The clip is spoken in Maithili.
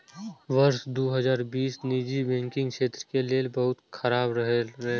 वर्ष दू हजार बीस निजी बैंकिंग क्षेत्र के लेल बहुत खराब रहलै